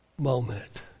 moment